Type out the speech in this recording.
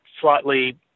slightly